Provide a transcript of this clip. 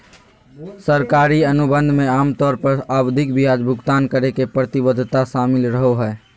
सरकारी अनुबंध मे आमतौर पर आवधिक ब्याज भुगतान करे के प्रतिबद्धता शामिल रहो हय